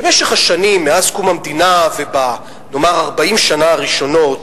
במשך השנים מאז קום המדינה וב-40 השנה הראשונות,